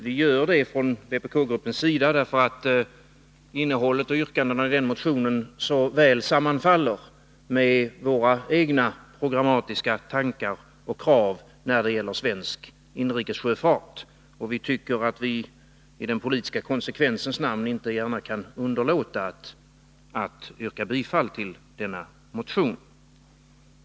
Vi gör det från vpk-gruppens sida därför att innehållet och yrkandena i den motionen sammanfaller med våra egna programmatiska tankar och krav när det gäller svensk inrikessjöfart, och vi tycker att vi i den politiska konsekvensens namn inte kan underlåta att yrka bifall till motionen.